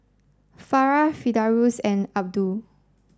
Farah Firdaus and Abdul